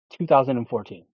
2014